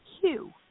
Hugh